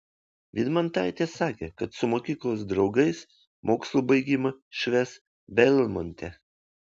vydmantaitė sakė kad su mokyklos draugais mokslų baigimą švęs belmonte